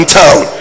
town